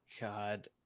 God